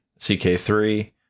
ck3